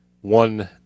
one